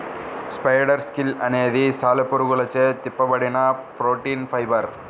spider silk అనేది సాలెపురుగులచే తిప్పబడిన ప్రోటీన్ ఫైబర్